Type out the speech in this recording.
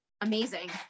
amazing